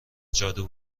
جادو